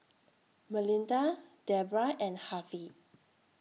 Melinda Debrah and Harvy